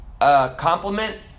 compliment